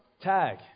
Tag